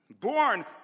Born